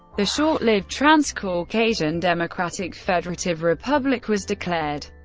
the short-lived transcaucasian democratic federative republic was declared,